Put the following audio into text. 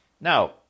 Now